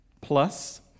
Plus